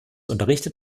unterrichtet